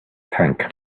tank